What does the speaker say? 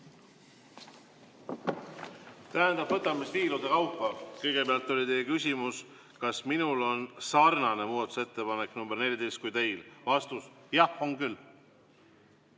Tähendab, võtame siis viilude kaupa. Kõigepealt oli teil küsimus, kas minul on sarnane muudatusettepanek nr 14 kui teil. Vastus: jah, on küll.